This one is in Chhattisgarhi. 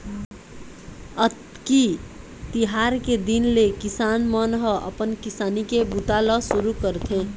अक्ती तिहार के दिन ले किसान मन ह अपन किसानी के बूता ल सुरू करथे